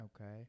Okay